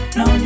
no